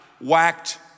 whacked